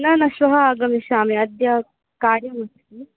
न न श्वः आगमिष्यामि अद्य कार्यमस्ति